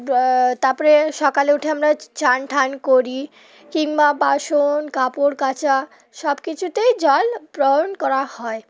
তারপরে সকালে উঠে আমরা চান ঠান করি কিংবা বাসন কাপড় কাচা সব কিছুতেই জল গ্রহণ করা হয়